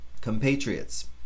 compatriots